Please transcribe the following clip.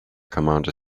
commander